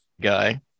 guy